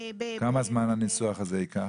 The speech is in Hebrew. כמה זמן הניסוח הזה ייקח?